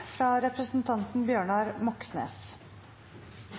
fra representanten